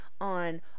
on